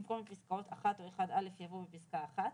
במקום "בפסקאות (1) או (1א)" יבוא "בפסקה (1)"."